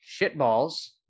shitballs